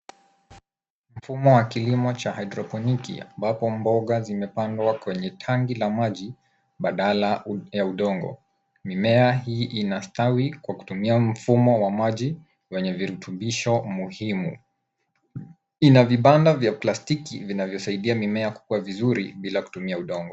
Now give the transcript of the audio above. Mfumo wa kilimo cha haidroponiki ambapo mboga zimepangwa kwenye tanki la maji badala ya udongo. Mimea hii inastawi kwa kutumia mfumo wa maji wenye virutubisho muhimu. Ina vibanda vya plastiki vinavyosaidia mimea kukua vizuri bila kutumia udongo.